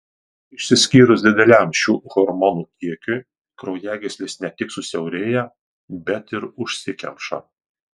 išsiskyrus dideliam šių hormonų kiekiui kraujagyslės ne tik susiaurėja bet ir užsikemša